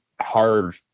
hard